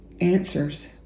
answers